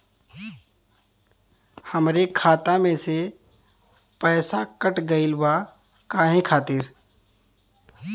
हमरे खाता में से पैसाकट गइल बा काहे खातिर?